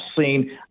seen